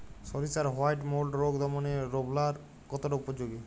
সরিষার white mould রোগ দমনে রোভরাল কতটা উপযোগী?